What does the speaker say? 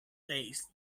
seized